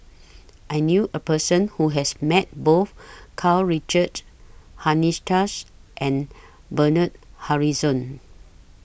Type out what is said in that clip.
I knew A Person Who has Met Both Karl Richard and Bernard Harrison